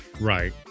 Right